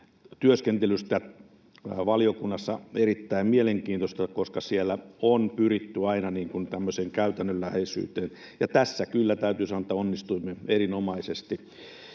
työskentelystä valiokunnassa erittäin mielenkiintoista, koska siellä on pyritty aina tämmöiseen käytännönläheisyyteen, ja tässä kyllä täytyy sanoa, että onnistuimme erinomaisesti.